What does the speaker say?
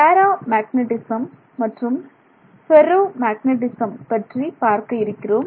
பேரா மேக்னட்டிசம் மற்றும் ferromagnetism பற்றி பார்க்க இருக்கிறோம்